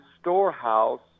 storehouse